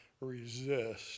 resist